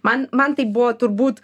man man tai buvo turbūt